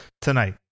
tonight